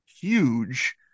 huge